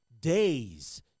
days